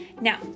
Now